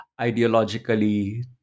ideologically